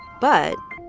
but.